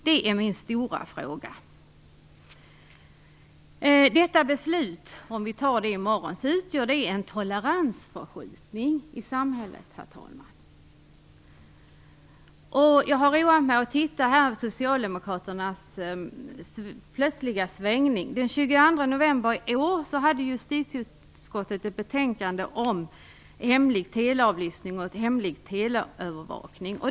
Det är den stora frågan för mig. Herr talman! Om vi i morgon tar beslut i nämnda riktning utgör det en toleransförskjutning i samhället. Jag har roat mig med att titta på Socialdemokraternas plötsliga svängning. Den 22 november i år behandlades ett betänkande från justitieutskottet angående hemlig teleavlyssning hemlig teleövervakning.